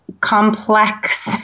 complex